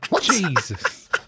Jesus